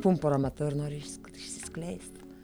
pumpurą matau ir noriu kas išsiskleistų